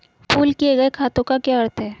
Pool किए गए खातों का क्या अर्थ है?